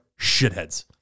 shitheads